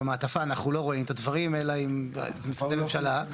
במעטפה אנחנו לא רואים את הדברים אלא אם זה משרדי ממשלה.